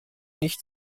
nicht